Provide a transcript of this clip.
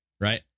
right